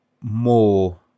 more